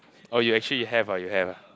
oh you actually have ah you have ah